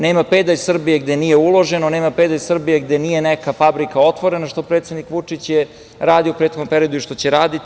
Nema pedalj Srbije gde nije uloženo, nema pedalj Srbije gde nije neka fabrika otvorena, što je predsednik Vučić radio u prethodnom periodu i što će raditi.